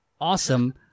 awesome